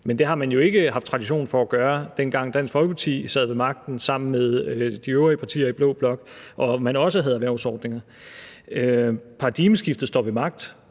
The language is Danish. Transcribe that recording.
Men det havde man jo ikke tradition for at gøre, dengang Dansk Folkeparti sad ved magten sammen med de øvrige partier i blå blok, og hvor man også havde erhvervsordninger. Paradigmeskiftet står ved magt,